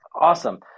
awesome